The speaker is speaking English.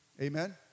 Amen